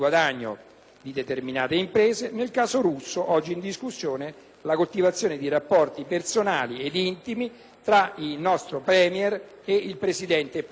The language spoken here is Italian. di determinate imprese; nel caso russo, oggi in discussione, i rapporti personali ed intimi tra il nostro Premier ed il presidente Putin.